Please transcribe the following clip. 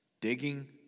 digging